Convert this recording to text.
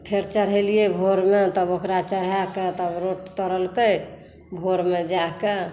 फेर चढ़ेलियै भोर मे तब ओकरा चढ़ाए कऽ रोठ तरलकै भोर मे जाए कऽ